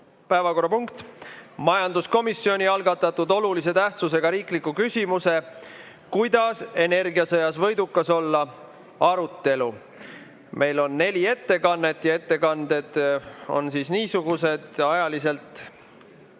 päevakorrapunkt: majanduskomisjoni algatatud olulise tähtsusega riikliku küsimuse "Kuidas energiasõjas võidukas olla?" arutelu. Meil on neli ettekannet ja ettekanded on niisugused. Ajaliselt